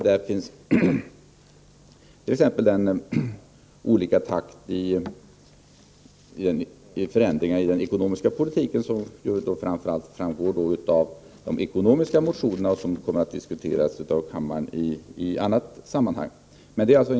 Det gäller t.ex. takten för förändringen av den ekonomiska politiken, som framför allt framgår av de ekonomiska motionerna och som kommer att diskuteras av kammaren i annat sammanhang.